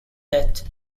death